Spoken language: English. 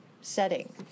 Setting